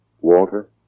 Walter